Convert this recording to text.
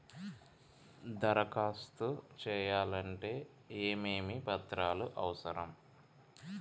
దరఖాస్తు చేయాలంటే ఏమేమి పత్రాలు అవసరం?